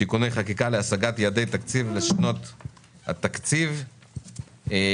תיקוני חקיקה להשגת יעדי התקציב לשנות התקציב 2021 ו-2022,